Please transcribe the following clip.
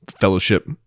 fellowship